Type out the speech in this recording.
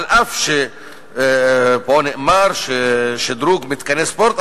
אף שפה נאמר שדרוג מתקני ספורט,